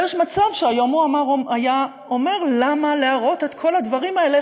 ויש מצב שהיום הוא היה אומר: למה להראות את כל הדברים האלה.